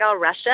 Russia